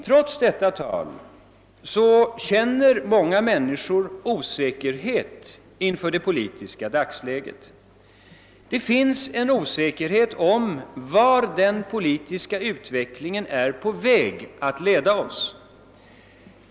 Trots detta tal känner emellertid många människor osäkerhet inför det politiska dagsläget. Det finns en osäkerhet om vart den politiska utvecklingen håller på att leda oss.